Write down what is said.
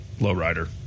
Lowrider